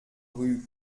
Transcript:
rue